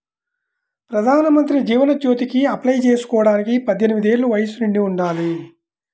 ప్రధానమంత్రి జీవన్ జ్యోతికి అప్లై చేసుకోడానికి పద్దెనిది ఏళ్ళు వయస్సు నిండి ఉండాలి